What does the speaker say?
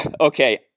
Okay